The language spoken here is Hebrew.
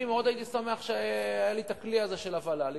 אני מאוד הייתי שמח לו היה לי הכלי הזה של הוול"לים,